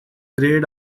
grayed